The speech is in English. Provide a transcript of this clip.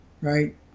right